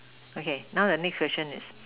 okay now next question is